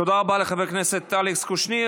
תודה רבה לחבר הכנסת אלכס קושניר.